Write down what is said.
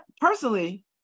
personally